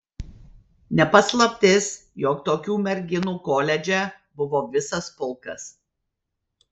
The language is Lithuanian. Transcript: ne paslaptis jog tokių merginų koledže buvo visas pulkas